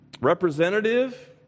representative